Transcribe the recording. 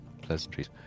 pleasantries